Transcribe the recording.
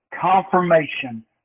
confirmation